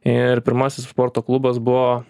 ir pirmasis sporto klubas buvo